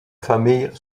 famille